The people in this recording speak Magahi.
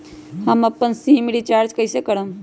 हम अपन सिम रिचार्ज कइसे करम?